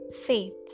Faith